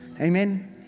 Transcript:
Amen